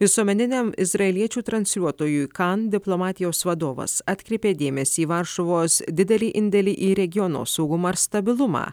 visuomeniniam izraeliečių transliuotojui kan diplomatijos vadovas atkreipė dėmesį į varšuvos didelį indėlį į regiono saugumą ir stabilumą